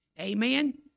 Amen